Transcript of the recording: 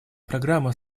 программа